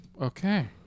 Okay